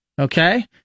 Okay